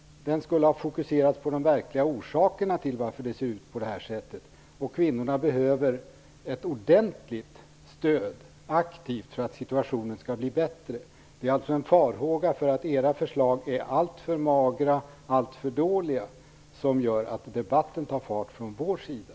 Den skulle ha fokuserats på de verkliga orsakerna till varför det ser ut på det här sättet. Kvinnorna behöver ett ordentligt aktivt stöd för att situationen skall bli bättre. Det är alltså en farhåga för att era förslag är alltför magra och alltför dåliga som gör att debatten tar fart från vår sida.